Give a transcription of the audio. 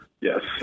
Yes